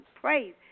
praise